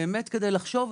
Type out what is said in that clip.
לחשוב,